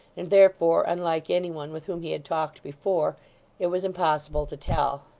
and, therefore, unlike any one with whom he had talked before it was impossible to tell.